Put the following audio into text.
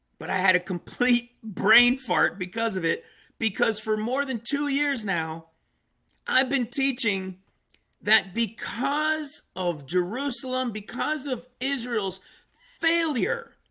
but i had a complete brain fart because of it because for more than two years now i've been teaching that because of jerusalem because of israel's failure